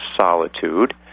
solitude